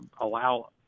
allow